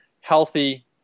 healthy